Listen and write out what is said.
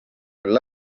küll